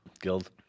Guild